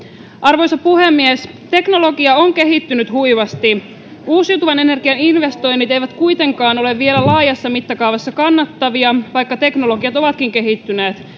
arvoisa puhemies teknologia on kehittynyt huimasti uusiutuvan energian investoinnit eivät kuitenkaan ole vielä laajassa mittakaavassa kannattavia vaikka teknologiat ovatkin kehittyneet